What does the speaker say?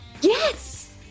Yes